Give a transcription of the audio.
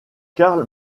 karl